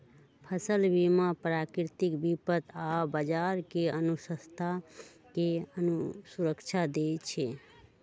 फसल बीमा प्राकृतिक विपत आऽ बाजार के अनिश्चितता से सुरक्षा देँइ छइ